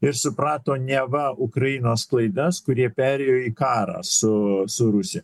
ir suprato neva ukrainos klaidas kurie perėjo į karą su su rusija